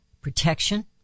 protection